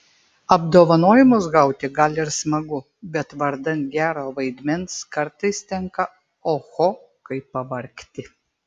apdovanojimus gauti gal ir smagu bet vardan gero vaidmens kartais tenka oho kaip pavargti